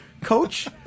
coach